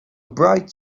bright